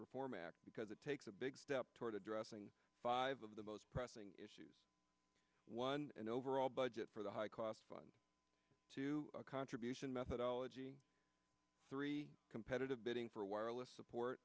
reform act because it takes a big step toward addressing five of the most pressing issues one an overall budget for the high cost fund to a contribution methodology three competitive bidding for wireless support